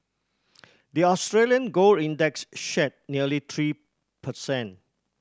the Australian gold index shed nearly three per cent